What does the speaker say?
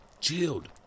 chilled